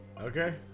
Okay